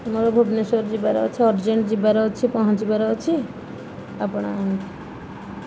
ମୋର ଭୁବନେଶ୍ୱର ଯିବାର ଅଛି ଅର୍ଜେଣ୍ଟ ଯିବାର ଅଛି ପହଞ୍ଚିବାର ଅଛି ଆପଣ